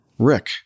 Rick